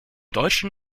deutschen